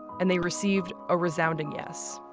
and they received a resounding yes.